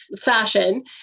fashion